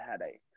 headaches